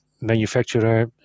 manufacturer